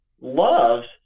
loves